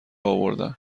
آوردن